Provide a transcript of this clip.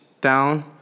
down